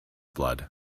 blood